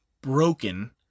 broken